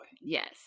Yes